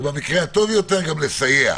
ובמקרה הטוב יותר גם לסייע.